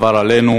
עבר עלינו.